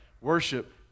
Worship